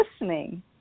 listening